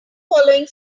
following